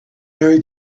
mary